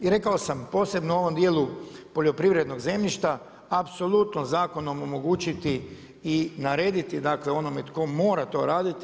I rekao sam posebno u ovom dijelu poljoprivrednog zemljišta, apsolutno zakonom odlučiti i narediti dakle onome tko mora to raditi.